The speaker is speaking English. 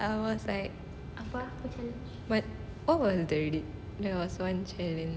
what I forget already there was one challenge